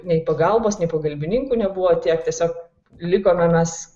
nei pagalbos nei pagalbininkų nebuvo tiek tiesiog likome mes